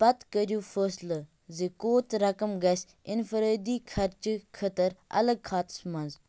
پتہٕ کٔرِو فٲصلہٕ زِ کوٗت رقم گژھِ اِنفرٲدی خرچہِ خٲطرٕ الگ كھاتس منٛز